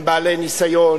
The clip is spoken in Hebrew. הם בעלי ניסיון,